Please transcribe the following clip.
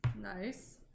nice